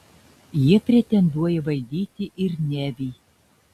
jie pretenduoja valdyti ir nevį